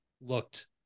looked